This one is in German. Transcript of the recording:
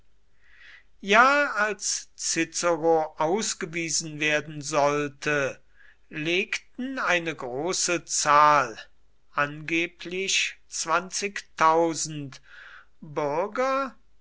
ja als cicero ausgewiesen werden sollte legten eine große zahl angeblich zwanzigtausend bürger